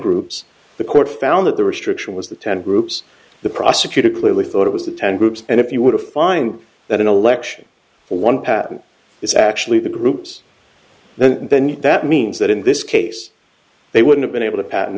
groups the court found that the restriction was the ten groups the prosecutor clearly thought it was the ten groups and if you would find that an election for one patent is actually the group's then and then that means that in this case they would have been able to pat